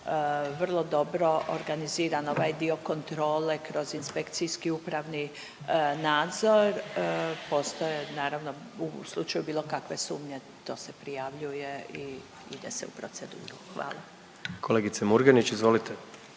vrlo dobro organiziran ovaj dio kontrole kroz inspekcijski upravni nadzor postoje naravno u slučaju bilo kakve sumnje to se prijavljuje i ide se u proceduru. Hvala. **Jandroković, Gordan